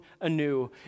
anew